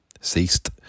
ceased